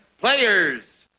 Players